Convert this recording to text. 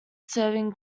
serving